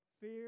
fear